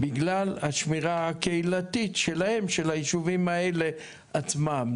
בגלל השמירה הקהילתית שלהם, של הישובים האלה עצמם.